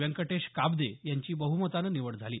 व्यंकटेश काब्दे यांची बहमतानं निवड झाली